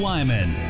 Wyman